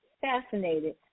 fascinated